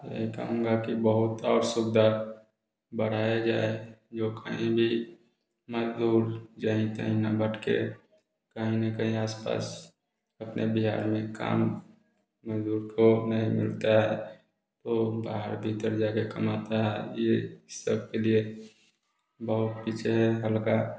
ये कहूँगा कि बहुत और सुविधा बढ़ाया जाए जो कहीं भी मजदूर जहीं तहीं ना भटके कहीं ना कहीं आसपास अपने बिहार में काम मजदूर को नहीं मिलता है तो बाहर भीतर जा के कमाता है यह सब के लिए बहुत पीछे है हल्का